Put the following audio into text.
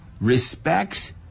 respects